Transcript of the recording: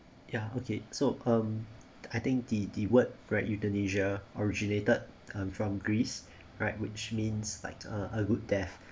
ya okay so um I think the the word euthanasia originated uh from greece right which means like uh a good death